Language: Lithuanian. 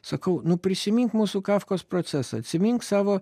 sakau nu prisimink mūsų kafkos procesą atsimink savo